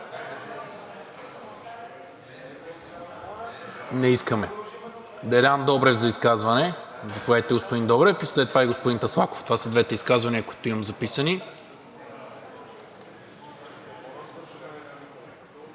Не искаме. Делян Добрев за изказване. Заповядайте, господин Добрев, и след това господин Таслаков – това са двете изказвания, които имам записани.